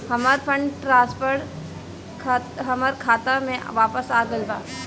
हमर fund transfer हमर खाता में वापस आ गईल बा